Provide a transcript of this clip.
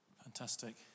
Fantastic